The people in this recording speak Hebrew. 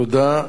תודה.